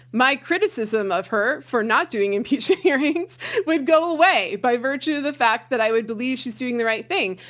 my criticism of her for not doing impeachment hearings would go away by virtue of the fact that i would believe she's doing the right thing,